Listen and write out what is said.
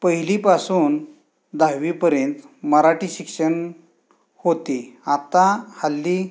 पहिलीपासून दहावीपर्यंत मराठी शिक्षण होते आता हल्ली